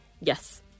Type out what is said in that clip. yes